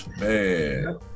Man